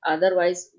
Otherwise